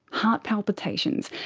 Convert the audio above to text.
heart palpitations,